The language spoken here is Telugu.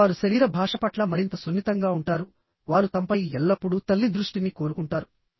మరియు వారు శరీర భాష పట్ల మరింత సున్నితంగా ఉంటారు వారు తమపై ఎల్లప్పుడూ తల్లి దృష్టిని కోరుకుంటారు